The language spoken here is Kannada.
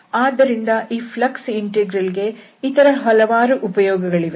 ಆದ್ದರಿಂದ ಈ ಫ್ಲಕ್ಸ್ ಇಂಟೆಗ್ರಲ್ ಗೆ ಇತರ ಹಲವಾರು ಉಪಯೋಗಗಳಿವೆ